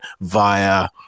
via